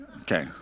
Okay